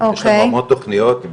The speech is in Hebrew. יש המון תכניות,